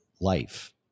life